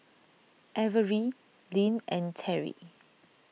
Averie Lynn and Terry